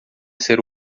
ser